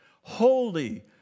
holy